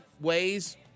ways